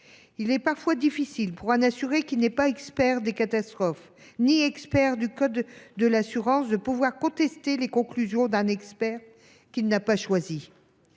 Il est parfois difficile, pour un assuré qui n’est pas expert des catastrophes ni du code des assurances, de contester les conclusions d’un expert qu’il n’a pas choisi.